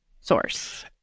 source